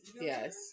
yes